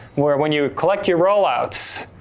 where when you collect your rollouts,